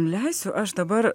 leisiu aš dabar